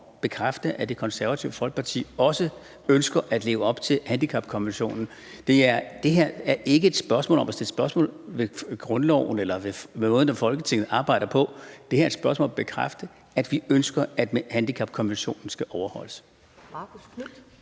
at Det Konservative Folkeparti også ønsker at leve op til handicapkonventionen. Det er ikke et spørgsmål om at stille spørgsmål ved grundloven eller ved måden, Folketinget arbejder på. Det her er et spørgsmål om at bekræfte, at vi ønsker, at handicapkonventionen skal overholdes.